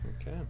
Okay